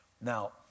Now